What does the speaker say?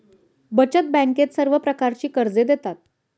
बचत बँकेत सर्व प्रकारची कर्जे देतात